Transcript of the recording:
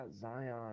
Zion